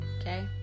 okay